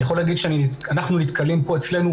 אני יכול להגיד שאנחנו נתקלים פה אצלנו